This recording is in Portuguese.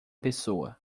pessoa